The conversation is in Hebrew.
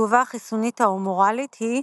התגובה החיסונית ההומוראלית היא,